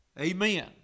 amen